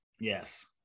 yes